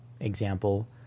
example